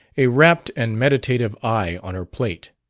a rapt and meditative eye on her plate.